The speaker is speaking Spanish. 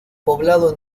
poblado